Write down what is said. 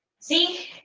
see?